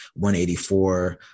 184